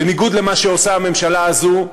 בניגוד למה שעושה הממשלה הזאת,